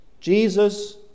Jesus